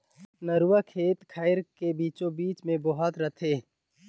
नरूवा खेत खायर के बीचों बीच मे बोहात रथे